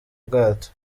bwato